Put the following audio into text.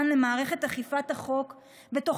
מטרה משותפת: לחדש את המנדט שניתן למערכת אכיפת החוק בתוך